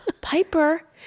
Piper